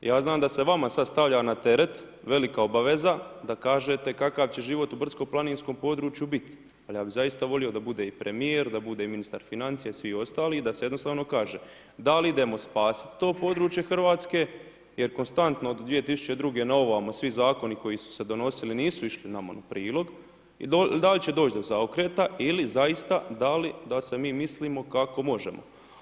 Ja znam da se vama sad stavlja na teret velika obaveza da kažete kakav će život u brdsko planinskom području bit, ali ja bih zaista volio da bude i premijer, da bude i ministar financija i svi ostali, da se jednostavno kaže da li idemo spasit to područje Hrvatske jer konstantno od 2002. na ovamo svi zakoni koji su se donosili nisu išli nama u prilog, da li će doć do zaokreta ili zaista da li da se mi mislimo kako možemo?